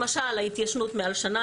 למשל ההתיישנות מעל שנה.